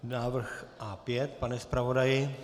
Návrh A5, pane zpravodaji.